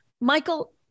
Michael